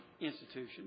institution